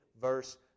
verse